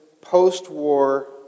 post-war